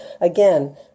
again